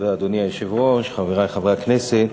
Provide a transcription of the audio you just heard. אדוני היושב-ראש, תודה, חברי חברי הכנסת,